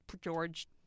george